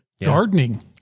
gardening